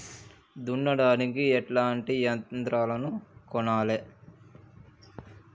దున్నడానికి ఎట్లాంటి యంత్రాలను కొనాలే?